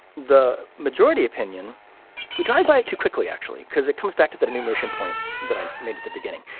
the majority opinion we drive by to quickly actually because it comes back to that enumeration point that i made at the beginning.